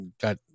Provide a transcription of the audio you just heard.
got